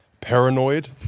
paranoid